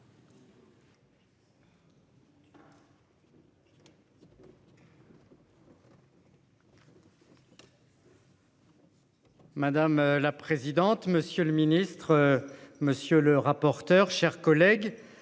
Madame la présidente, monsieur le ministre. Monsieur le rapporteur. Chers collègues